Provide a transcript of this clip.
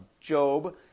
Job